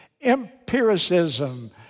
empiricism